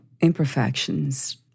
imperfections